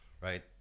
right